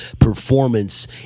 performance